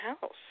house